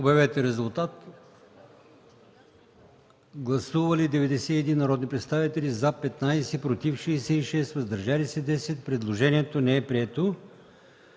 от комисията. Гласували 76 народни представители: за 16, против 55, въздържали се 5. Предложението не е прието.